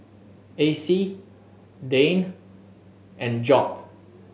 Acey Dayne and Job